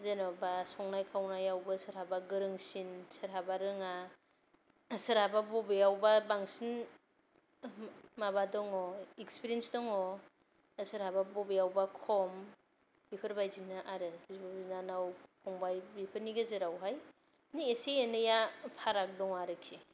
जेन'बा संनाय खावनायावबो सोरहाबा गोरोंसिन सोरहाबा रोंङा सोरहाबा बबेयावबा बांसिन माबा दङ इकस्फिरियेन्स दङ बा सोरहाबा बबेयावबा खम बेफोरबादिनो आरो बिब' बिनानाव फंबाय बेफोरनि गेजेराव हाय मानि एसे एनैया फाराग दं आरोखि